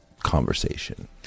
Conversation